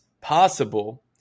possible